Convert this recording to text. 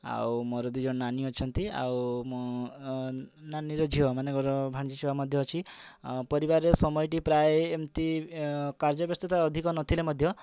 ଆଉ ମୋର ଦୁଇଜଣ ନାନୀ ଅଛନ୍ତି ଆଉ ମୋ ନାନୀର ଝିଅ ମନେକର ଭାଣିଜୀ ଛୁଆ ମଧ୍ୟ ଅଛି ପରିବାରରେ ସମୟଟି ପ୍ରାୟ ଏମିତି କାର୍ଯ୍ୟ ବ୍ୟସ୍ତତା ଅଧିକ ନଥିଲେ ମଧ୍ୟ